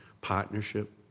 partnership